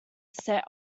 set